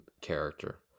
character